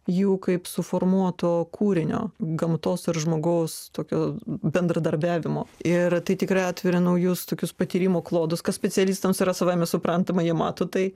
jų kaip suformuoto kūrinio gamtos ir žmogaus tokio bendradarbiavimo ir tai tikrai atveria naujus tokius patyrimo klodus kas specialistams yra savaime suprantama jie mato tai